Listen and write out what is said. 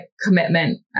commitment